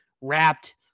wrapped